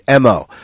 MO